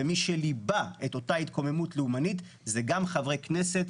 ומי שליבה את אותה התקוממות לאומנית זה גם חברי כנסת,